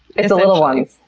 it's the little ones.